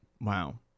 Wow